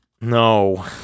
no